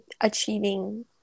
achieving